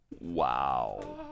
Wow